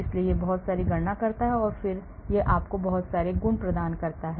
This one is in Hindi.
इसलिए यह बहुत गणना करता है और फिर यह आपको बहुत सारे गुण प्रदान करता है